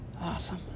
Awesome